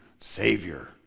Savior